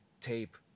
tape